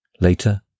Later